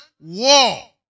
war